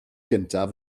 gyntaf